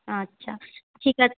আচ্ছা ঠিক আছে